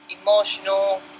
emotional